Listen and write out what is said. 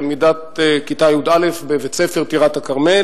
תלמידת כיתה י"א בבית-ספר טירת-כרמל,